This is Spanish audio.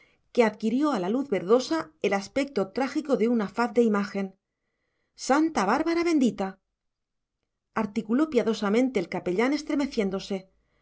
que adquirió a la luz verdosa el aspecto trágico de una faz de imagen santa bárbara bendita articuló piadosamente el capellán estremeciéndose